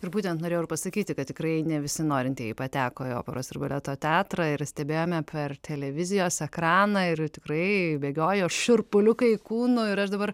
ir būtent norėjau ir pasakyti kad tikrai ne visi norintieji pateko į operos ir baleto teatrą ir stebėjome per televizijos ekraną ir tikrai bėgiojo šiurpuliukai kūnu ir aš dabar